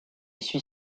suit